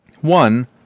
One